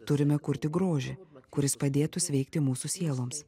turime kurti grožį kuris padėtų sveikti mūsų sieloms